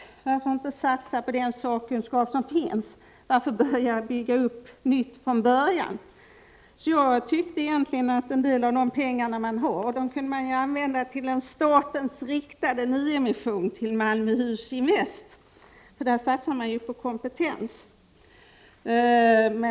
Varför inte satsa på den sakkunskap som redan finns? Varför skall man bygga upp från början? En del av de pengar man har kunde ju användas för en ”statens riktade nyemission” till Malmöhus Invest, som satsar på kompetens.